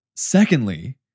Secondly